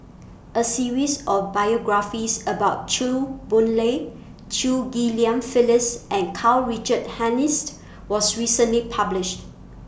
A series of biographies about Chew Boon Lay Chew Ghim Lian Phyllis and Karl Richard Hanitsch was recently published